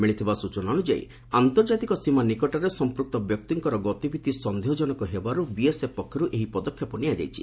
ମିଳିଥିବା ସୂଚନା ଅନୁଯାୟୀ ଆନ୍ତର୍ଜାତିକ ସୀମା ନିକଟରେ ସମ୍ପୂକ୍ତ ବ୍ୟକ୍ତିଙ୍କର ଗତିବିଧି ସନ୍ଦେହ ଜନକ ହେବାରୁ ବିଏସ୍ଏଫ୍ ପକ୍ଷରୁ ଏହି ପଦକ୍ଷେପ ନିଆଯାଇଛି